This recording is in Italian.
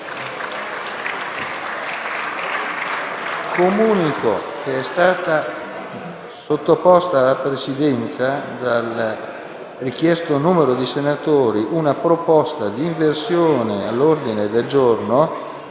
Comunico che è stata sottoposta alla Presidenza, dal richiesto numero di senatori, una proposta di inversione dell'ordine del giorno